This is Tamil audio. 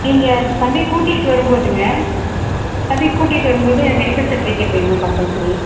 நீங்கள் தம்பியை கூட்டிகிட்டு வரும்போதுங்க தம்பியை கூட்டிகிட்டு வரும்போது மெடிக்கல் செர்ட்டிபிக்கேர்ட் வேணும் கம்பல்சரி